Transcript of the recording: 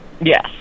Yes